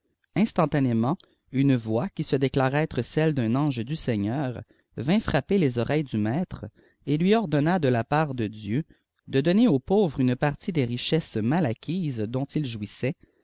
instantanément une voix qui se déclare être celle d'un ange du seigneur vint frapper les oreilles du maître et lui ordonna de la part de dieu de donner aux pauvres une partie des richesses mal acquises dont il jouissait